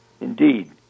Indeed